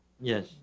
Yes